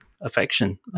affection